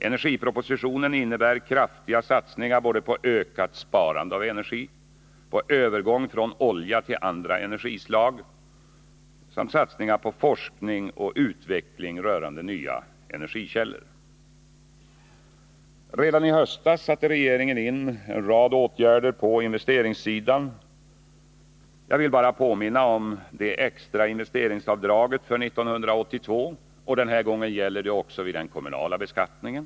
Energipropositionen innebär kraftiga satsningar både på ökat sparande av energi och på övergång från olja till andra energislag samt satsningar på forskning och utveckling rörande nya energikällor. Redan i höstas satte regeringen in en rad åtgärder på investeringssidan. Jag vill bara påminna om det extra investeringsavdraget för 1982. Den här gången gäller det också vid den kommunala beskattningen.